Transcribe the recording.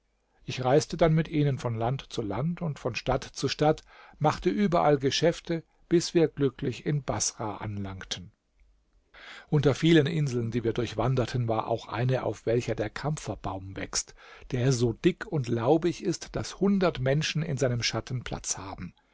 ich reiste dann mit ihnen von land zu land und von stadt zu stadt machte überall geschäfte bis wir glücklich in baßrah anlangten unter vielen inseln die wir durchwanderten war auch eine auf welcher der kampferbaum wächst der so dick und laubig ist daß hundert menschen in seinem schatten platz haben